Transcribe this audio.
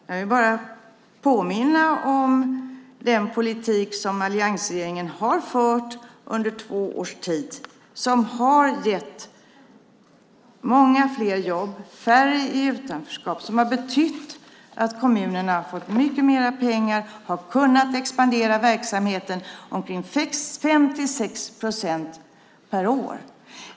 Herr talman! Jag vill påminna om den politik som alliansregeringen har fört under två års tid. Den har gett många fler jobb och färre i utanförskap. Den har betytt att kommunerna har fått mycket mer pengar och kunnat expandera verksamheten med ca 5-6 procent per år.